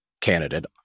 candidate